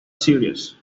series